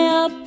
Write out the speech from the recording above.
up